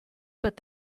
but